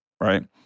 right